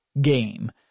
game